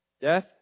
Death